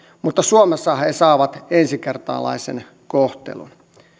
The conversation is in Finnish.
mutta suomessa he he saavat ensikertalaisen kohtelun